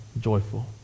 joyful